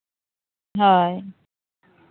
ᱦᱳᱭ